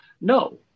No